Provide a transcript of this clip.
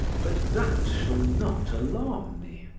but that shall not alarm me.